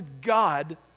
God